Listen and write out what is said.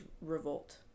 revolt